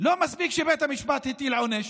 לא מספיק שבית המשפט הטיל עונש,